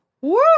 Woo